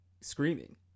screaming